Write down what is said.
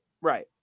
Right